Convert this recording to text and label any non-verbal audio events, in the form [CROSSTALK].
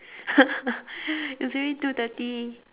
[LAUGHS] it's already two thirty